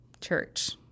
church